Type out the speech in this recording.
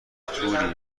توری